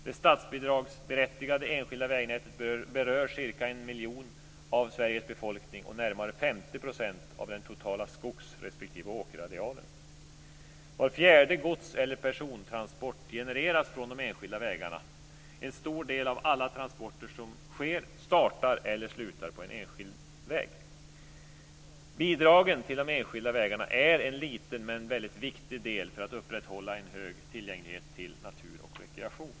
Det statsbidragsberättigade enskilda vägnätet berör ca 1 miljon av Sveriges befolkning och närmare 50 % av den totala skogs respektive åkerarealen. Var fjärde godseller persontransport genereras från de enskilda vägarna. En stor del av alla transporter som sker startar eller slutar på en enskild väg. Bidragen till de enskilda vägarna är en liten men väldigt viktig del för att upprätthålla en stor tillgänglighet till natur och rekreation.